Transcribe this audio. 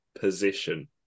Position